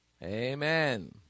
Amen